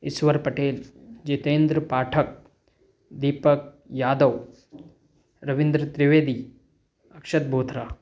ईश्वर पटेल जितेन्द्र पाठक दीपक यादव रविन्द्र द्रिवेदी अक्षत बोथरा